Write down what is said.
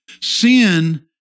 sin